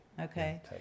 Okay